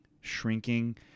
shrinking